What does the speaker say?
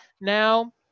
Now